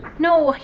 no,